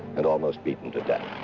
and almost beaten to death.